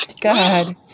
God